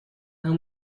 how